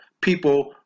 people